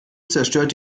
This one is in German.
zerstört